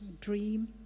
dream